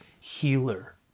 healer